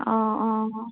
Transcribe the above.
অ' অ'